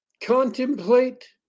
contemplate